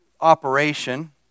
operation